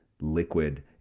liquid